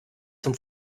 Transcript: zum